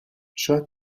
شاید